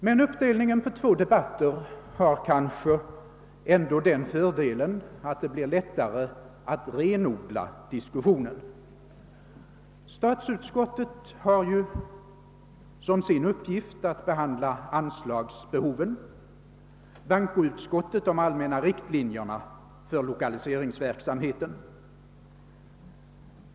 Men uppdelningen på två debatter har kanske ändå den fördelen, att det blir lättare att renodla diskussionen. Statsutskottet har ju som sin uppgift att behandla anslagsbehoven, medan bankoutskottet har att granska de allmänna riktlinjerna för lokaliseringsverksamheten.